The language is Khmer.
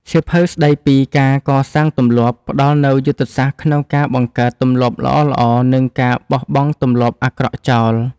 សៀវភៅស្ដីពីការកសាងទម្លាប់ ផ្ដល់នូវយុទ្ធសាស្ត្រក្នុងការបង្កើតទម្លាប់ល្អៗ និងការបោះបង់ទម្លាប់អាក្រក់ចោល។